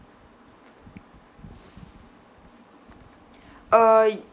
uh